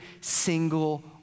single